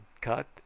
cut